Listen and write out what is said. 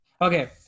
Okay